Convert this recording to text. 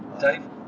Dave